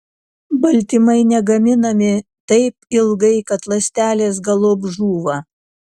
baltymai negaminami taip ilgai kad ląstelės galop žūva